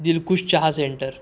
दिलखुश चहा सेंटर